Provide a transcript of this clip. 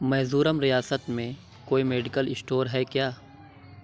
میزورم ریاست میں کوئی میڈیکل اسٹور ہے کیا